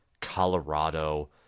Colorado